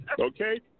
Okay